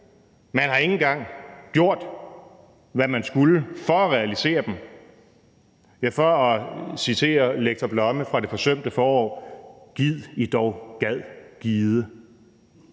man har ikke engang gjort, hvad man skulle for at realisere dem. For at citere lektor Blomme fra »Det forsømte forår«: Gid I dog gad gide.